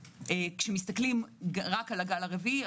כשמסתכלים רק על הגל הרביעי,